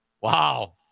Wow